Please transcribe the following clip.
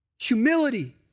Humility